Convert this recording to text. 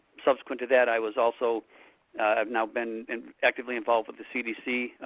subsequent to that, i was also, had now been actively involved with the cdc,